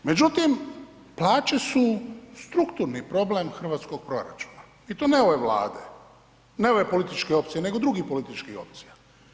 Međutim, plaće su strukturni problem hrvatskog proračuna i to ne ove Vlade, ne ove političke opcije nego drugih političkih opcija.